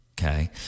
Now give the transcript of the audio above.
Okay